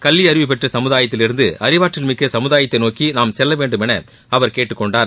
கல்வி அறிவுபெற்ற சமுதாயத்திலிருந்து அறிவாற்றால் மிக்க சமுதாயத்தை நோக்கி நாம் செல்லவேண்டும் என அவர் கேட்டுக்கொண்டார்